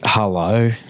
Hello